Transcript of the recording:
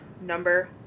number